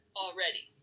already